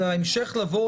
לעתיד לבוא,